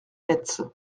metz